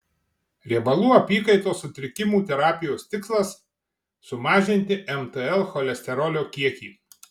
riebalų apykaitos sutrikimų terapijos tikslas sumažinti mtl cholesterolio kiekį